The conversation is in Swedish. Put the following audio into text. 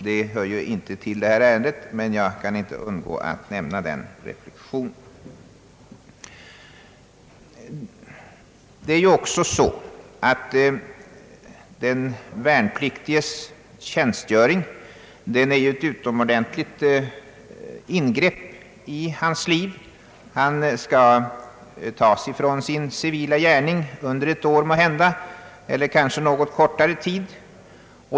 Det hör ju inte till detta ärende, men jag kan inte undgå att nämna detta. stort ingrepp i hans liv. Han tas ifrån sin civila gärning måhända under ett år eller kanske något kortare tid.